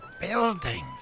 buildings